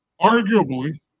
Arguably